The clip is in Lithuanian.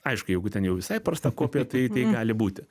aišku jeigu ten jau visai prasta kopija tai gali būti